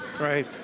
Right